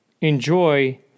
Enjoy